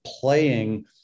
playing